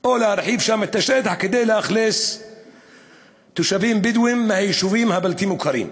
להרחיב שם את השטח כדי להכניס תושבים בדואים מהיישובים הבלתי-מוכרים.